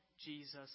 Jesus